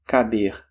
Caber